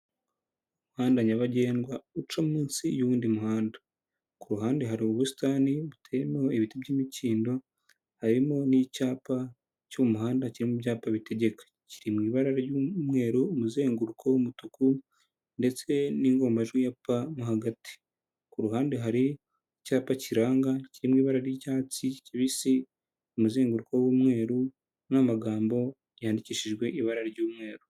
Umuhanda nyabagendwa uca munsi y'undi muhanda, ku ruhande hari ubusitani buteyemeho ibiti by'imikindo harimo n'icyapa cy'umuhanda kiri mubyapa bitegeka kiri mu ibara ry'umweru, umuzenguruko w'umutuku, ndetse n'ingombamajwi ya p mo hagati. Ku ruhande hari icyapa kiranga kirimo ibara ry'icyatsi kibisi umuzenguruko w'umweru, n'amagambo yandikishijwe ibara ry'umweru.